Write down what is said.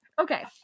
okay